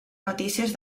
notícies